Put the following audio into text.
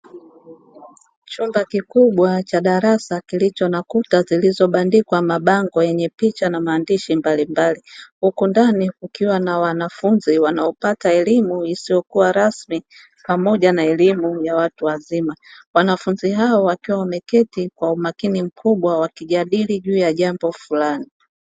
Chumba kikubwa cha darasa kilicho na kuta zilizobandikwa mabango yenye picha na maandishi mbalimbali, huku ndani kukiwa na wanafunzi wanaopata elimu isiyokuwa rasmi pamoja na elimu ya watu wazima. Wanafunzi hao wakiwa wameketi kwa umakini mkubwa wakijadili juu ya jambo fulani.